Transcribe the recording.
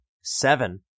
Seven